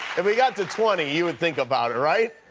if it got to twenty, you would think about it, right?